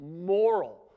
moral